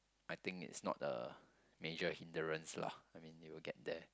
I think it's not a major hindrance lah I mean they will get there